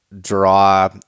draw